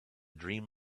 dream